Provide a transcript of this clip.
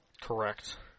Correct